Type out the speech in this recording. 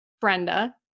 Brenda